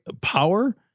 power